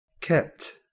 kept